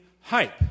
hype